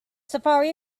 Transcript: safari